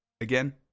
again